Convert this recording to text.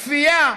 כפייה,